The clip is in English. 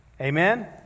Amen